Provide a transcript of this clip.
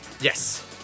Yes